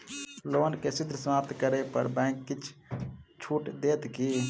loan केँ शीघ्र समाप्त करै पर बैंक किछ छुट देत की